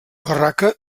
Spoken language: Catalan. barraca